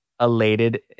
elated